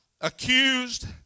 Accused